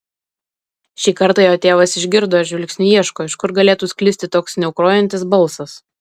šį kartą jo tėvas išgirdo ir žvilgsniu ieško iš kur galėtų sklisti toks sniaukrojantis balsas